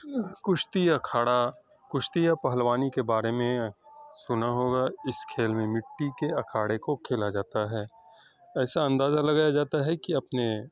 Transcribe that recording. کشتی اکھاڑا کشتی یا پہلوانی کے بارے میں سنا ہوگا اس کھیل میں مٹی کے اکھاڑے کو کھیلا جاتا ہے ایسا اندازہ لگایا جاتا ہے کہ اپنے